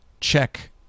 Check